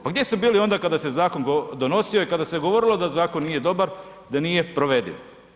Pa gdje su bili onda kada se zakon donosio i kada se govorilo da zakon nije dobar, da nije provediv?